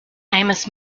amos